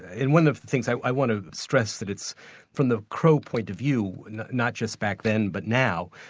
and one of the things i want to stress that it's from the crow point of view, not just back then but now,